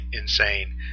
insane